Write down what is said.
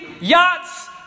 yachts